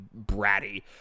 bratty